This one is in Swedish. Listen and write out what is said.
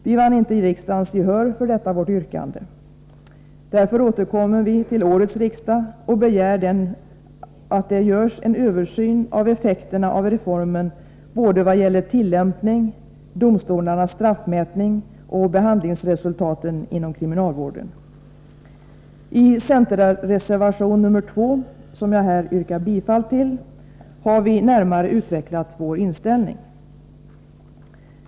Vi vann inte riksdagens gehör för detta vårt yrkande. Därför återkommer vi till årets riksdag och begär att en översyn görs av effekterna av reformen vad gäller tillämpningen, domstolarnas staffmätning och behandlingsresultaten inom kriminalvården. I centerreservation nr 2, som jag här yrkar bifall till, har vi närmare utvecklat vår inställning.